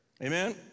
Amen